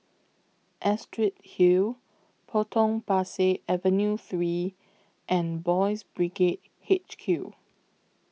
Astrid Hill Potong Pasir Avenue three and Boys Brigade H Q